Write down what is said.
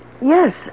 Yes